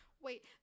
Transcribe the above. Wait